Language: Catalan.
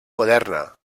moderna